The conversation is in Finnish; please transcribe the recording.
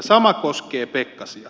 sama koskee pekkasia